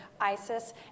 ISIS